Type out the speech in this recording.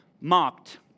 mocked